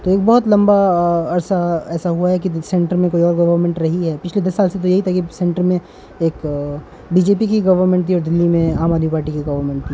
تو ایک بہت لمبا عرصہ ایسا ہوا ہے کہ سینٹر میں کوئی اور گورنمنٹ رہی ہے پچھے دس سال سے تو یہی تھا کہ سینٹر میں ایک بی جے پی کی گورنمنٹ تھی اور دہلی میں عام آدمی پارٹی کی گورنمنٹ تھی